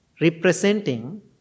representing